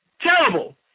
Terrible